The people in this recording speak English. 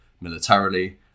militarily